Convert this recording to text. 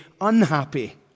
unhappy